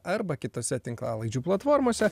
arba kitose tinklalaidžių platformose